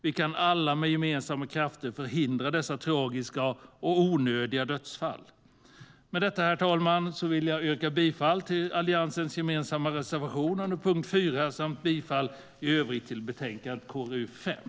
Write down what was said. Vi kan alla med gemensamma krafter förhindra dessa tragiska och onödiga dödsfall.